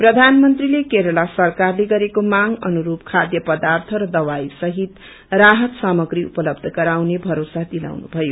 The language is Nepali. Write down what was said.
प्रधानमन्त्रीले केरला सरकारले गरेको माँग अनुरू खाध्य पदार्थ र दवाइ सहित राहत सामग्री उपलवध गराउने भरोसा दिलाउनु भयो